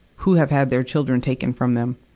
who have had their children taken from them.